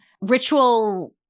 ritual